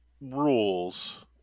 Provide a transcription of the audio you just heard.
rules